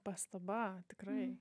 pastaba tikrai